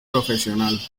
profesional